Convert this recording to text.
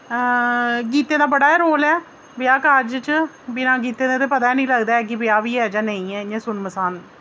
गीतें दा बड़ा रोल ऐ ब्याह कार्ज च बिना गीतें दे ते पता ही निं लगदा ऐ के ब्याह बी ऐ जां नेईं ऐ इ'यां सुनमसान